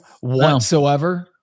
whatsoever